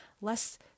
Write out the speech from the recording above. less